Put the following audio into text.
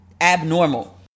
abnormal